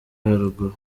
haruguru